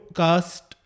cast